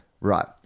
Right